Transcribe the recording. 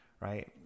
right